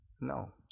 No